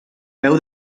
peu